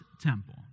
temple